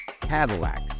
Cadillacs